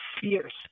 fierce